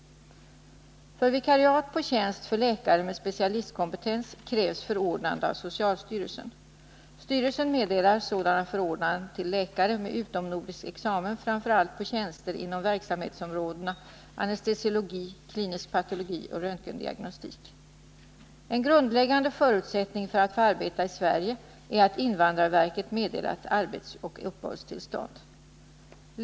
För vikariat på tjänst för läkare med specialistkompetens krä nande av socialstyrelsen. Styrelsen meddelar sådana förordnanden till läkare med utomnordisk examen framför allt på tjänster inom verksamhetsområdena anestesiologi, klinisk patologi och röntgendiagnostik. En grundläggande förutsättning för att få arbeta i Sverige är att invandrarverket meddelat arbetsoch uppehållstillstånd.